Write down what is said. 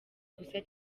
gusa